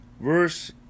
verse